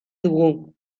dugu